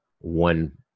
one